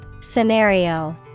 Scenario